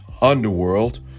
underworld